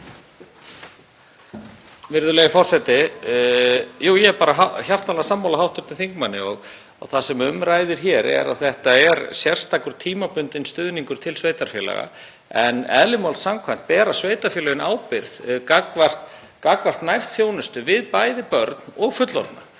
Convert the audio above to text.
Virðulegur forseti. Ég er hjartanlega sammála hv. þingmanni. Það sem um ræðir hér er að þetta er sérstakur tímabundinn stuðningur til sveitarfélaga en eðli máls samkvæmt bera sveitarfélögin ábyrgð hvað varðar nærþjónustu við bæði börn og fullorðna.